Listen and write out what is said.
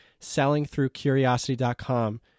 sellingthroughcuriosity.com